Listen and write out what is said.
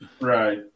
Right